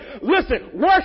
Listen